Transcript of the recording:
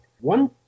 One